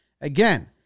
Again